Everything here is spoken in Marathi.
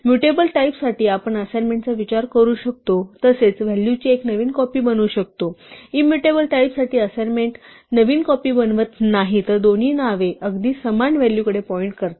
म्यूटेबल टाईपसाठी आपण असाइनमेंटचा विचार करू शकतो तसेच व्हॅलूची एक नवीन कॉपी बनवू शकतो आणि इम्यूटेबल टाईपसाठी असाइनमेंट नवीन कॉपी बनवत नाही तर दोन्ही नावे अगदी समान व्हॅलूकडे पॉईंट करतात